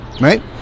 right